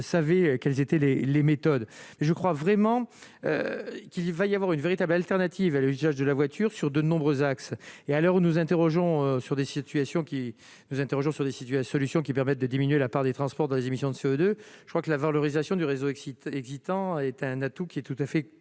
sa vie, quelles étaient les les méthodes, je crois vraiment qu'il va y avoir une véritable alternative à l'usage de la voiture sur de nombreux axes et à l'heure où nous interrogeons sur des situations qui nous interrogions sur des situé à solutions qui permettent de diminuer la part des transports dans les émissions de CO2, je crois que la valorisation du réseau excite hésitant est un atout qui est tout à fait considérables,